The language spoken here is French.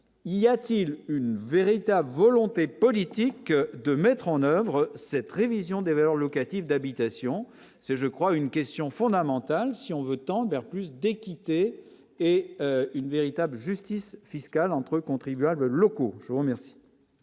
y a-t-il une véritable volonté politique de mettre en oeuvre cette révision des valeurs locatives d'habitations, c'est je crois une question fondamentale : si on veut en vers plus d'équité et une véritable justice fiscale entre contribuables locaux, je vous remercie.